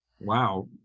wow